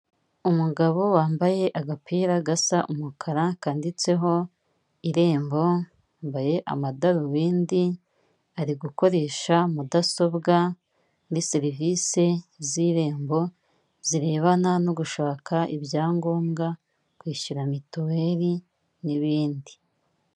Umugabo wambaye agapira gasa umukara kandiditseho irembo, yambaye amadarubindi ari gukoresha mudasobwa muri serivisi z'irembo zirebana no gushaka ibyangombwa, kwishyura mituweri n'ibindi.